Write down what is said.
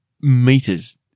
Meters